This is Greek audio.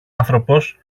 άνθρωπος